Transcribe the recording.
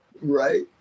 Right